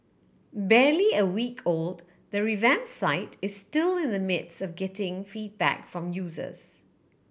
barely a week old the revamp site is still in the midst of getting feedback from users